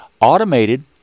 Automated